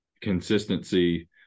consistency